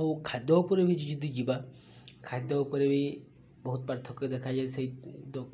ଆଉ ଖାଦ୍ୟ ଉପରେ ବି ଯଦି ଯିବା ଖାଦ୍ୟ ଉପରେ ବି ବହୁତ ପାର୍ଥକ୍ୟ ଦେଖାଯାଏ ସେଇ